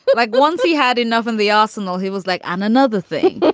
but like once he had enough in the arsenal, he was like and another thing.